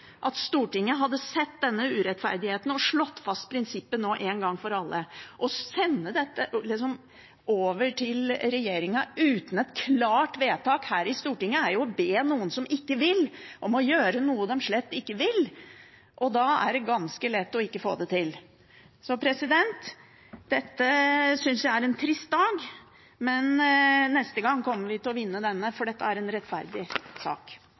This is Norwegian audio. at Stortinget hadde sett denne urettferdigheten og slått fast prinsippet en gang for alle. Å sende dette over til regjeringen uten et klart vedtak her i Stortinget, er jo å be noen som ikke vil, om å gjøre noe de slett ikke vil, og da er det ganske lett å ikke få det til. Så dette synes jeg er en trist dag, men neste gang kommer vi til å vinne, for dette er en rettferdig sak.